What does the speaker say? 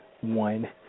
one